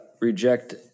Reject